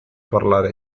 parlare